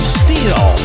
steel